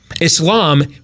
Islam